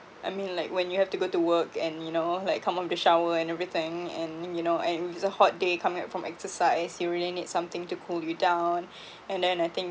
I mean like when you have to go to work and you know like come on go shower and everything and you you know and it's a hot day coming from exercise you really need something to cool you down and then I think